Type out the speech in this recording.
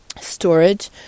storage